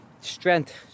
strength